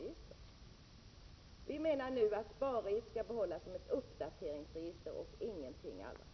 Folkpartiet anser nu att SPAR skall behållas som ett uppdateringsregister och ingenting annat.